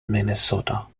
minnesota